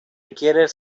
quieres